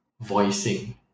voicing